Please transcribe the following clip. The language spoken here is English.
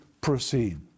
proceed